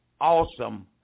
awesome